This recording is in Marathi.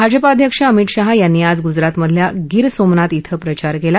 भाजपा अध्यक्ष अमित शहा यांनी आज गुजरातमधल्या गिरसोमनाथ श्वे प्रचार कला